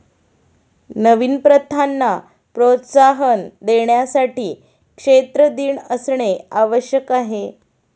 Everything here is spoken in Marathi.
नवीन प्रथांना प्रोत्साहन देण्यासाठी क्षेत्र दिन असणे आवश्यक आहे